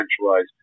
centralized